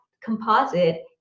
composite